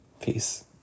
Peace